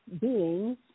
beings